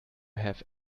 have